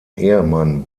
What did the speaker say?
ehemann